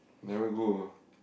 never go ah